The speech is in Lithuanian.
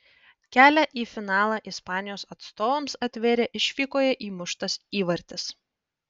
kelią į finalą ispanijos atstovams atvėrė išvykoje įmuštas įvartis